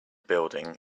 building